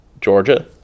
Georgia